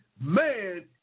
man